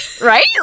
Right